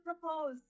propose